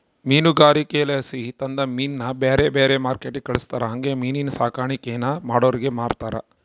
ಮೀನುಗಾರಿಕೆಲಾಸಿ ತಂದ ಮೀನ್ನ ಬ್ಯಾರೆ ಬ್ಯಾರೆ ಮಾರ್ಕೆಟ್ಟಿಗೆ ಕಳಿಸ್ತಾರ ಹಂಗೆ ಮೀನಿನ್ ಸಾಕಾಣಿಕೇನ ಮಾಡೋರಿಗೆ ಮಾರ್ತಾರ